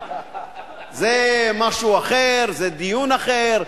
זה משהו אחר, זה דיון אחר.